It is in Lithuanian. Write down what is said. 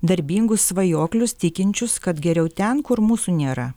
darbingus svajoklius tikinčius kad geriau ten kur mūsų nėra